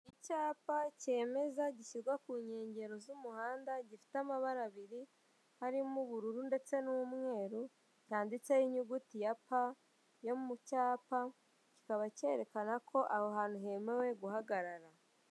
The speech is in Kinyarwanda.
Icyapa cyemeza gishyirwa ku nkengero z'umuhanda gifite amabara abiri harimo ubururu ndetse n'umweru cyanditseho inyuguti ya pa yo mu cyapa kikaba cyerekana ko aho hantu hemewe guhagarara.